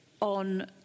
on